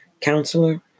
counselor